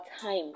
time